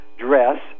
dress